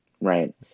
Right